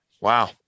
Wow